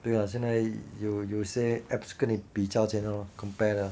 对啊现在有有些 apps 跟你比价钱咯 compare lor